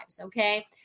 Okay